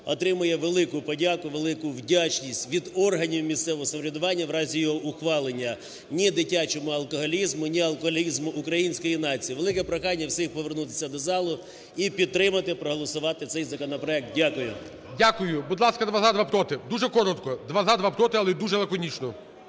отримає велику подяку, велику вдячність від органів місцевого самоврядування в разі його ухвалення. Ні – дитячому алкоголізму, ні – алкоголізму української нації. Велике прохання всіх повернутися до залу і підтримати, проголосувати цей законопроект. Дякую. ГОЛОВУЮЧИЙ. Дякую. Будь ласка: два – за, два – проти. Дуже коротко, два – за, два – проти, але дуже лаконічно.